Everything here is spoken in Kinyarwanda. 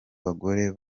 bagore